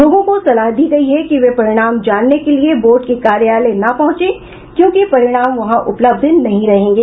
लोगों को सलाह दी गई है कि वे परिणाम जानने के लिए बोर्ड के कार्यालय न पहुंचें क्योंकि परिणाम वहां उपलब्ध नहीं रहेंगे